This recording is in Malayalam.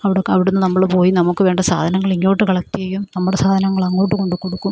അവിടെയൊക്കെ അവിടെ നിന്ന് നമ്മൾ പോയി നമുക്ക് വേണ്ട സാധനങ്ങളിങ്ങോട്ട് കളെക്റ്റ് ചെയ്യും നമ്മുടെ സാധനങ്ങളങ്ങോട്ട് കൊണ്ടുക്കൊടുക്കും